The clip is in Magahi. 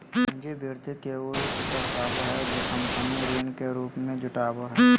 पूंजी वृद्धि के उ रूप दर्शाबो हइ कि कंपनी ऋण के रूप में जुटाबो हइ